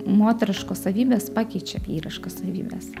moteriškos savybės pakeičia vyriškas savybes